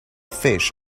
fish